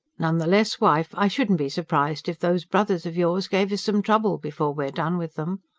none the less, wife, i shouldn't be surprised if those brothers of yours gave us some trouble, before we're done with them.